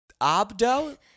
Abdo